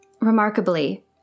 Remarkably